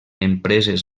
empreses